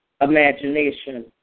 imagination